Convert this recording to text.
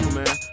man